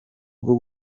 rwo